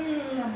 mm